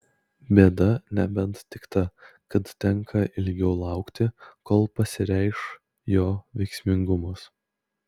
bėda nebent tik ta kad tenka ilgiau laukti kol pasireikš jo veiksmingumas